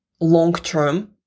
long-term